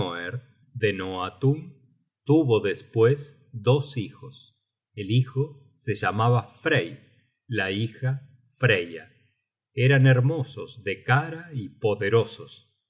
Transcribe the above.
de noatun tuvo despues dos hijos el hijo se llamaba frey la hijafreya eran hermosos de cara y poderosos